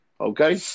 Okay